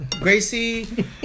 Gracie